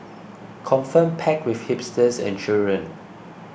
confirm packed with hipsters and children